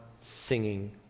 singing